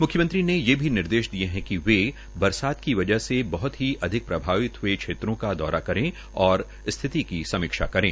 मुख्यमंत्री ने ये भी निर्देश दिए हैं कि वे बरसात की वजह से बहत ही अधिक प्रभावित हए क्षेत्रों का दौरा करें और सही स्थिति की समीक्षा करें